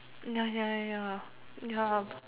ya ya ya ya ya